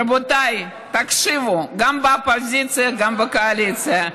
רבותיי, תקשיבו גם באופוזיציה, גם בקואליציה.